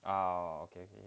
ah okay okay